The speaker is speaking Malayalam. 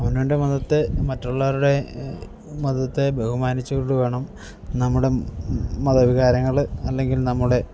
അവനവൻ്റെ മതത്തെ മറ്റുള്ളവരുടെ മതത്തെ ബഹുമാനിച്ചു കൊണ്ടു വേണം നമ്മുടെ മതവികാരങ്ങൾ അല്ലെങ്കിൽ നമ്മുടെ